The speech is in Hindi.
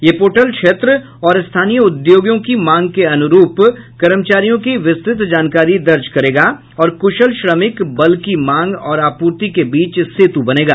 यह पोर्टल क्षेत्र और स्थानीय उद्योगों की मांग के अनुरूप कर्मचारियों की विस्तृत जानकारी दर्ज करेगा और कुशल श्रमिक बल की मांग और आपूर्ति के बीच सेतु बनेगा